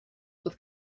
with